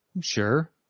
Sure